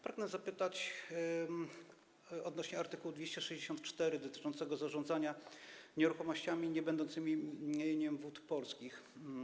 Pragnę zadać pytanie odnośnie do art. 264, dotyczącego zarządzania nieruchomościami niebędącymi mieniem Wód Polskich.